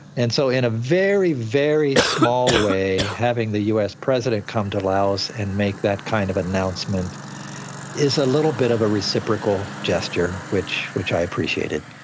and so in a very, very small way, having the us president come to laos and make that kind of announcement is a little bit of a reciprocal gesture which which i appreciated.